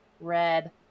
red